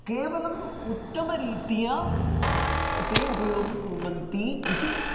केवलम् उत्तमरीत्या ते उपयोगं कुर्वन्ति इति